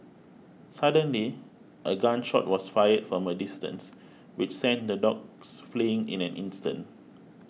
suddenly a gun shot was fired from a distance which sent the dogs fleeing in an instant